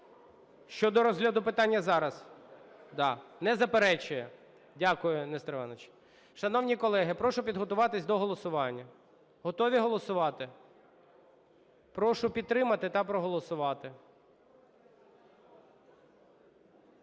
Щодо розгляду питання зараз. Да. Не заперечує. Дякую, Нестор Іванович. Шановні колеги, прошу підготуватись до голосування. Готові голосувати? Прошу підтримати та проголосувати.